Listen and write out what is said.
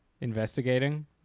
investigating